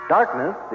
Darkness